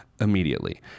immediately